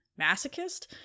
masochist